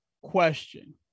question